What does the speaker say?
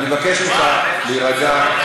אני מבקש ממך להירגע.